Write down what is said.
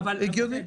הגיוני.